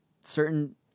certain